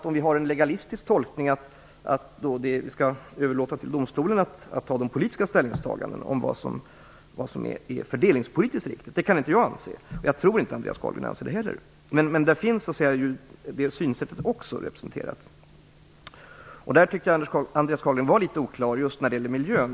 Om vi har en legalistisk tolkning, skall vi då överlåta till domstolen att göra de politiska ställningstagandena när det gäller vad som är fördelningspolitiskt riktigt? Det anser inte jag, och jag tror inte heller att Andreas Carlgren anser det. Men det finns också det synsättet representerat. I det sammanhanget tyckte jag att Andreas Carlgren var litet oklar just när det gällde miljön.